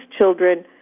children